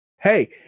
Hey